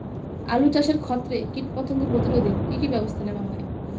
আলু চাষের ক্ষত্রে কীটপতঙ্গ প্রতিরোধে কি কী ব্যবস্থা নেওয়া হয়?